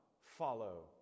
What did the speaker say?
follow